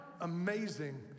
amazing